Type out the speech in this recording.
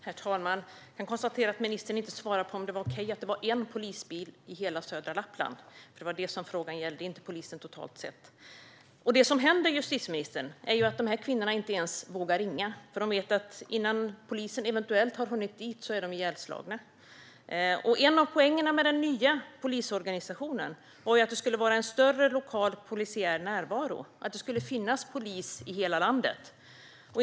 Herr talman! Ministern svarade inte på om det är okej att det är en polisbil i hela södra Lappland. Det var ju detta som frågan gällde, inte polisen totalt sett. Det som händer är att dessa kvinnor inte ens vågar ringa, för de vet att innan polisen ens har hunnit dit är de ihjälslagna. En av poängerna med den nya polisorganisationen var ju att det skulle vara en större lokal polisiär närvaro - att det skulle finnas polis i hela landet.